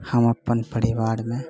हम अपन परिवारमे